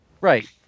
Right